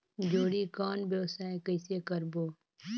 जोणी कौन व्यवसाय कइसे करबो?